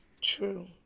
true